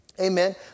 amen